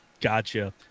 Gotcha